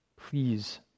Please